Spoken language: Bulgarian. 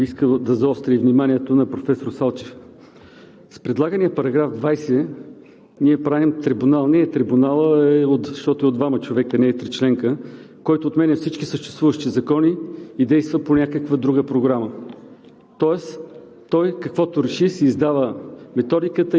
Уважаема госпожо Председател, уважаеми колеги! Тук бих искал да заостря и вниманието на професор Салчев. С предлагания § 20 ние правим трибунал – не е трибунал, защото е от двама човека, не е тричленка – който отменя всички съществуващи закони и действа по някаква друга програма.